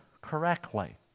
correctly